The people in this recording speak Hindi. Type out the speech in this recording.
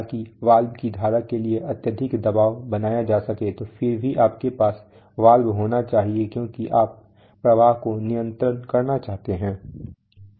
ताकि वाल्व की धारा के लिए अत्यधिक दबाव बनाया जा सके तो फिर भी आपके पास वाल्व होना चाहिए क्योंकि आप प्रवाह को नियंत्रित करना चाहते हैं